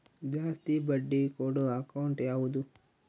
ಜಾಸ್ತಿ ಬಡ್ಡಿ ಕೊಡೋ ಅಕೌಂಟ್ ಯಾವುದು?